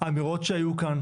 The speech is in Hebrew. האמירות שהיו כאן,